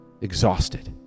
exhausted